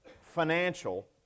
financial